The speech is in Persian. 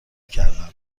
کردن